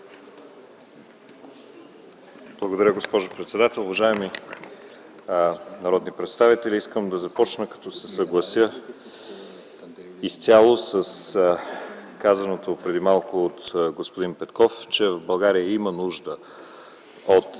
Благодаря Ви, госпожо председател. Уважаеми народни представители, съгласявам се изцяло с казаното преди малко от господин Петков, че България има нужда от